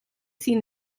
sin